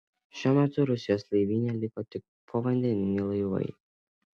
šiuo metu rusijos laivyne liko tik povandeniniai laivai